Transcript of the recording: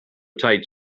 tight